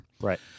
Right